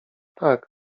tak